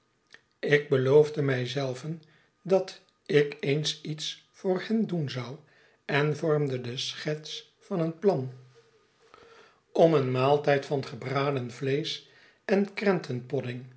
ik beloofde mij zelvendat ik eens iets voor hen doen zou en vormde de schets van een plan om een maaltijd van gebraden vleesch en